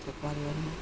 घरको परिवारमा